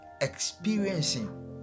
experiencing